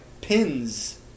pins